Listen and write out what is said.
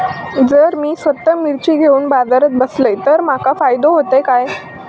जर मी स्वतः मिर्ची घेवून बाजारात बसलय तर माका फायदो होयत काय?